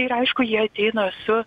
ir aišku jie ateina su